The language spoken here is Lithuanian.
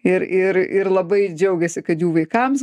ir ir ir labai džiaugėsi kad jų vaikams